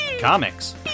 comics